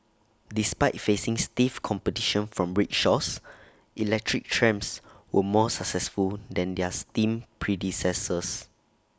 despite facing stiff competition from rickshaws electric trams were more successful than their steam predecessors